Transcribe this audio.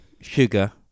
sugar